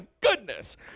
goodness